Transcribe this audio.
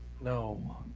No